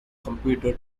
computer